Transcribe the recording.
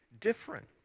different